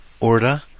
Orda